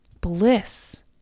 bliss